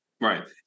Right